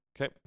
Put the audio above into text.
Okay